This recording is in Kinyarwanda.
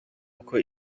uko